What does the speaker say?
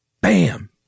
bam